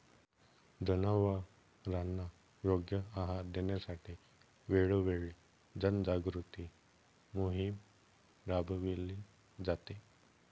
जनावरांना योग्य आहार देण्यासाठी वेळोवेळी जनजागृती मोहीम राबविली जाते